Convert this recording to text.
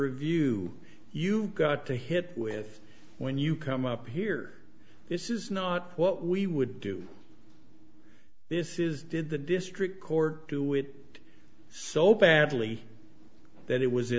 review you've got to hit with when you come up here this is not what we would do this is the did the district court do it so badly that it was